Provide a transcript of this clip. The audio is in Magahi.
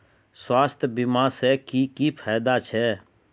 स्वास्थ्य बीमा से की की फायदा छे?